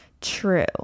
true